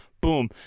boom